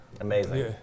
Amazing